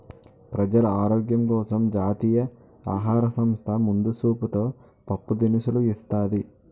ప్రజలు ఆరోగ్యం కోసం జాతీయ ఆహార సంస్థ ముందు సూపుతో పప్పు దినుసులు ఇస్తాది